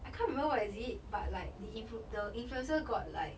I can't remember what is it but like the influ~ the influencer got like